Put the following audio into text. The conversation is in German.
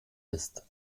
ist